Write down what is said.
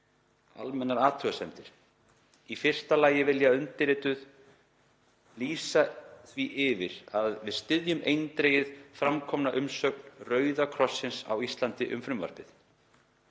Almennar athugasemdir. Í fyrsta lagi vilja undirrituð vilja lýsa yfir því að við styðjum eindregið framkomna umsögn Rauða krossins á Íslandi um frumvarpið.